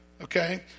okay